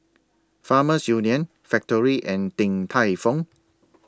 Farmers Union Factorie and Din Tai Fung